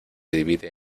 divide